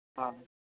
ᱦᱮᱸ